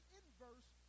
inverse